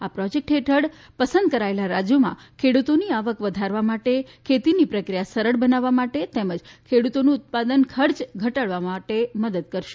આ પ્રોજેક્ટ હેઠળ પસંદ કરાયેલા રાજ્યોમાં ખેડૂતોની આવક વધારવા માટે ખેતીની પ્રક્રિયા સરળ બનાવવા માટે તેમજ ખેડૂતોનું ઉત્પાદન ખર્ચ ઘટાડવા માટે મદદ કરાશે